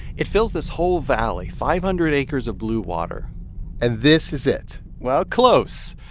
it fills this whole valley, five hundred acres of blue water and this is it? well, close.